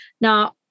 Now